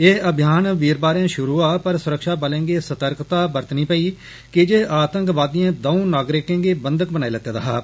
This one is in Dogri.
एह् अभियान वीरवारें षुरू होआ पर सुरक्षाबलें गी सतर्कता बरतनी पेई कीजे आतंकवादिएं दौं नागरिकें गी बंधक बनाई लैते दा हा